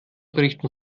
berichten